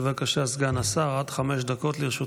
בבקשה, סגן השר, עד חמש דקות לרשותך.